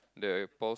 the Paul's